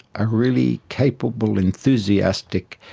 a really capable, enthusiastic,